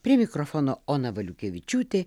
prie mikrofono ona valiukevičiūtė